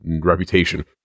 reputation